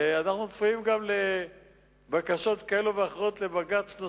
אנחנו צפויים גם לבקשות אחרות כאלו ואחרות בבג"ץ,